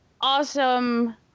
awesome